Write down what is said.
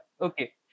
Okay